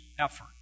effort